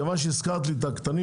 כיוון שהזכרת לי את הקטנים,